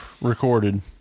recorded